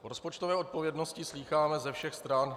O rozpočtové odpovědnosti slýcháme ze všech stran.